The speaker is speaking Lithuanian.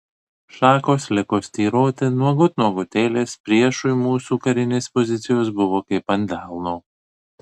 šakos liko styroti nuogut nuogutėlės priešui mūsų karinės pozicijos buvo kaip ant delno